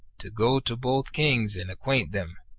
to go to both kings and acquaint them,